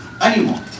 anymore